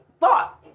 thought